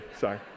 sorry